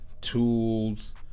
tools